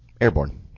airborne